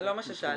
זה לא מה ששאלתי.